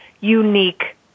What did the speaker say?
unique